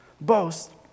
boast